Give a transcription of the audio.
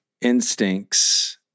instincts